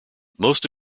most